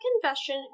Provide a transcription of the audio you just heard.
confession